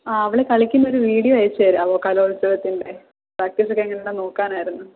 ആ അവൾ കളിക്കുന്ന ഒരു വീഡിയോ അയച്ചുതരാമോ കലോത്സവത്തിൻ്റെ പ്രാക്ടീസ് ഒക്കെ എങ്ങനെയുണ്ടെന്ന് നോക്കാനായിരുന്നു